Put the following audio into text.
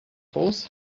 falls